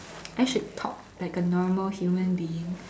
I should talk like a normal human being